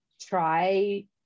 try